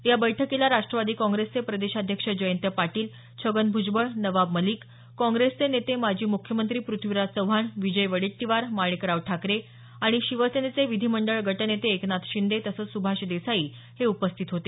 या बैठकीला राष्ट्रवादी काँग्रेसचे प्रदेशाध्यक्ष जयंत पाटील छगन भ्जबळ नवाब मलिक काँग्रेसचे नेते माजी मुख्यमंत्री पृथ्वीराज चव्हाण विजय वडेट्टीवार माणिकराव ठाकरे आणि शिवसेनेचे विधिमंडळ गटनेते एकनाथ शिंदे तसंच सुभाष देसाई हे उपस्थित होते